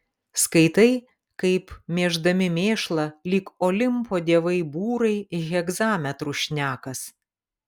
skaitai kaip mėždami mėšlą lyg olimpo dievai būrai hegzametru šnekas